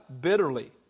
bitterly